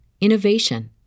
innovation